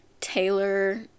Taylor